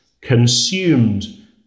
consumed